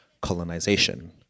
colonization